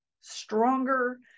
stronger